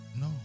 No